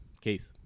Keith